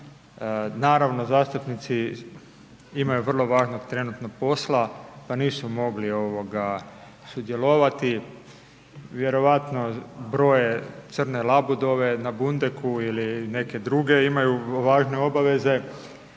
naravno zastupnici imaju vrlo važnog trenutnog posla, pa nisu mogli sudjelovati, vjerovatno broje crne labudove na Bundeku ili neke druge imaju važne obaveze